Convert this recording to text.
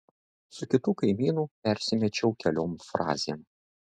su kitu kaimynu persimečiau keliom frazėm